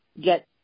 get